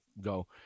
go